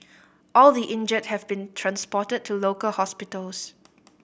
all the injured have been transported to local hospitals